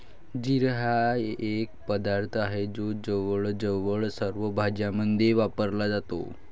जिरे हा एक पदार्थ आहे जो जवळजवळ सर्व भाज्यांमध्ये वापरला जातो